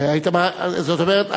זאת אומרת,